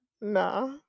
nah